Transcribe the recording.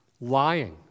lying